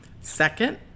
Second